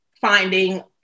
finding